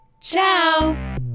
Ciao